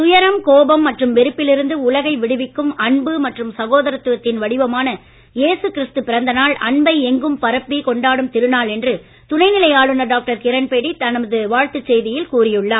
துயரம் கோபம் மற்றும் வெறுப்பில் இருந்து உலகை விடுவிக்கும் அன்பு மற்றும் சகோதரத்துவத்தின் வடிவமான இயேசு கிறிஸ்து பிறந்தநாள் அன்பை எங்கும் பரப்பி கொண்டாடும் திருநாள் என்று துணை நிலை ஆளுனர் டாக்டர் கிரண்பேடி தமது வாழ்த்து செய்தியில் கூறியுள்ளார்